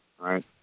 right